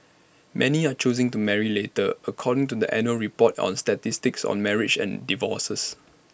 many are choosing to marry later according to the annual report on statistics on marriages and divorces